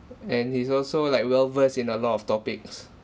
and he's also like well versed in a lot of topics